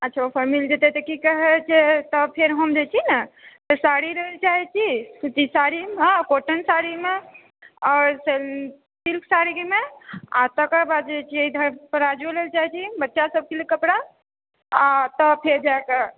अच्छा ओहिपर मिल जेतै तऽ की कहैत छै तऽ फेर हम जे छी ने साड़ी लय लेल चाहैत छी सूती साड़ीमे कॉटन साड़ीमे आओर सिल्क साड़ीमे तकरबाद जे छियै इधर प्लाजो लय लेल चाहैत छी बच्चासभके लेल कपड़ा आओर तब फेर जाके